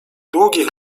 długich